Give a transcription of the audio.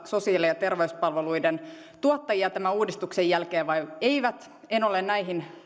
sosiaali ja terveyspalveluiden tuottajia vastaisuudessa tämän uudistuksen jälkeen vai eivät en ole